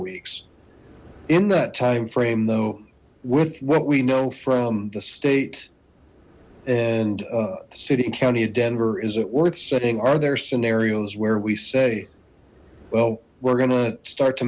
weeks in that timeframe though with what we know from the state and the city and county of denver is it worth setting are there scenarios where we say well we're gonna start to